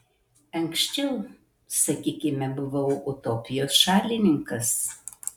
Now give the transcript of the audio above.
anksčiau sakykime buvau utopijos šalininkas